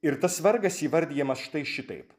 ir tas vargas įvardijamas štai šitaip